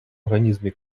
організмі